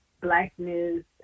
Blackness